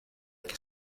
que